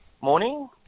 Morning